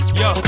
yo